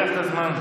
יהיה לך את הזמן.